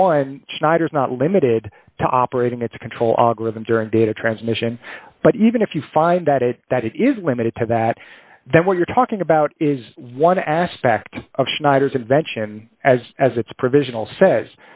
one schneider is not limited to operating it's control augur them during data transmission but even if you find that it that it is limited to that then what you're talking about is one aspect of schneider's invention as as its provisional says